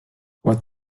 what